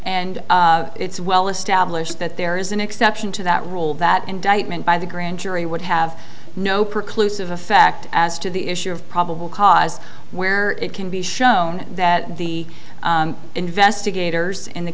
and it's well established that there is an exception to that rule that indictment by the grand jury would have no precludes of effect as to the issue of probable cause where it can be shown that the investigators in the